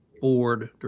board